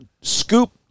scoop